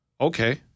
Okay